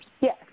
Yes